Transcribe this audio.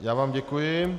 Já vám děkuji.